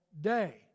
day